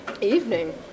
Evening